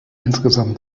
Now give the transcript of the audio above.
insgesamt